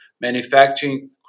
Manufacturing